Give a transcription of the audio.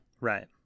Right